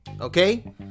Okay